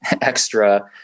extra